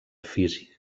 físic